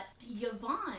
Yvonne